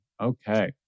Okay